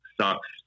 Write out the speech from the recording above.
sucks